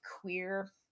queer